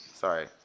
Sorry